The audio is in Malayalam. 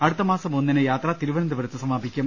അടുത്ത മാസം ഒന്നിന് യാത്ര തിരുവനന്തപുരത്ത് സമാപിക്കും